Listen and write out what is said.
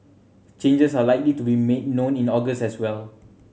changes are likely to be made known in August as well